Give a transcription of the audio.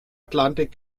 atlantik